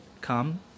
Come